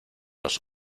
los